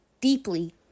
deeply